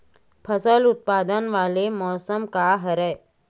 फसल उत्पादन वाले मौसम का हरे?